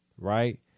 right